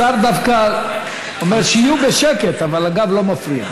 השר דווקא אומר: שיהיו בשקט, אבל הגב לא מפריע.